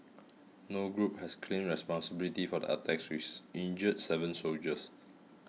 no group has claimed responsibility for the attacks which injured seven soldiers